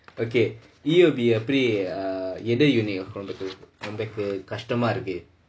okay E_O_B எப்படி:eppadi err எந்த:entha unit உனக்கு உனக்கு கஷ்டமா இருக்கு:unakku unakku kashthamaa irukku